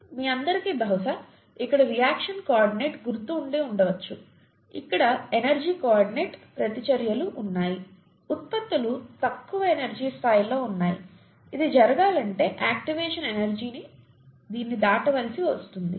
మీ అందరికీ బహుశా ఇక్కడ రియాక్షన్ కోఆర్డినేట్ గుర్తు ఉండి ఉండవచ్చు ఇక్కడ ఎనర్జీ కో ఆర్డినేట్ ప్రతిచర్యలు ఉన్నాయి ఉత్పత్తులు తక్కువ ఎనర్జీ స్థాయిలో ఉన్నాయి ఇది జరగాలంటే యాక్టివేషన్ ఎనర్జీ దీనిని దాటవలసి ఉంది